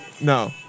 No